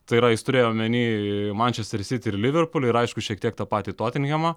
tai yra jis turėjo omeny mančester siti ir liverpulį ir aišku šiek tiek tą patį totenhemą